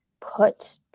put